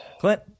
Clint